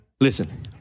Listen